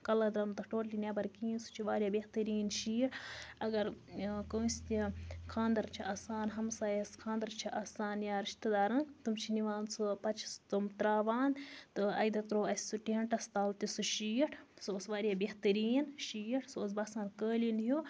colour دراو نہٕ تتھ ٹوٹلی نیٚبَر کِہیٖنۍ سُہ چھُ واریاہ بہترین شیٖٹ اَگَر کٲنٛسہِ تہِ خاندَر چھُ آسان ہَمسایَس خاندَر چھُ آسان یا رِشتہ دارَن تم چھ نِوان سُہ پَتہٕ چھ سُہ تم تراوان تہٕ اَکہِ دۄہہ تروو اَسہِ سُہ ٹیٚنٹَس تَل تہِ سُہ شیٖٹ سُہ اوس واریاہ بہتریٖن شیٖٹ سُہ اوس باسان قٲلیٖن ہیوٗ